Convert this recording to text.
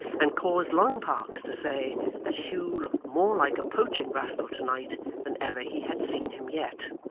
and caused long parkes to say that hugh looked more like a poaching rascal to-night than ever he had seen him yet.